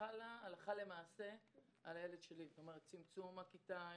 חלה הלכה למעשה על הילד שלי צמצום הכיתה,